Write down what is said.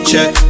Check